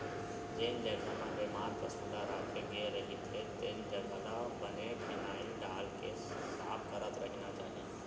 जेन जघा म बेमार पसु ल राखे गे रहिथे तेन जघा ल बने फिनाईल डालके साफ करत रहिना चाही